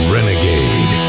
Renegade